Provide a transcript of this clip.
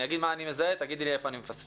אני אומר מה אני מזהה ותגידי לי היכן אני מפספס.